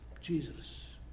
Jesus